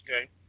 Okay